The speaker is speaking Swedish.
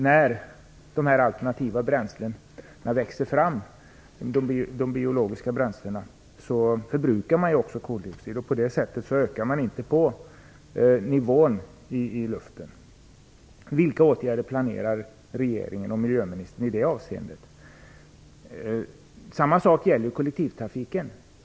När de alternativa, biologiska bränslena växer fram förbrukas koldioxid, och därigenom ökar inte nivån i luften. Vilka åtgärder planerar regeringen och miljöministern i det avseendet? Detsamma gäller för kollektivtrafiken.